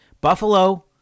Buffalo